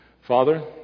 Father